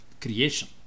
creation